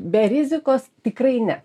be rizikos tikrai ne